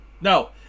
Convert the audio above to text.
no